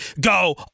go